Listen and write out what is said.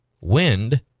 Wind